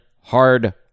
hard